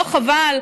לא חבל?